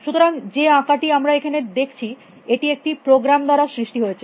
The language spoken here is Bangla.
সুতরাং যে আঁকাটি আমরা এখানে দেখছি এটি একটি প্রোগ্রাম দ্বারা সৃষ্টি হয়েছে